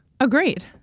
Agreed